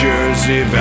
Jersey